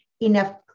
enough